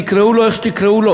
"תקראו לו איך שתקראו לו,